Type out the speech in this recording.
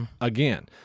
again